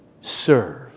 serve